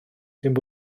sydd